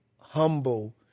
humble